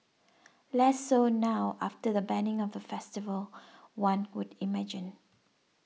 less so now after the banning of the festival one would imagine